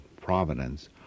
providence